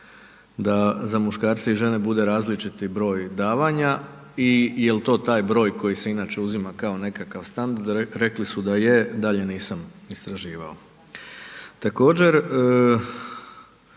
da za muškarce i žene bude različiti broj davanja i jel' to taj broj koji se inače uzima kao nekakav standard, rekli su da je, dalje nisam istraživao.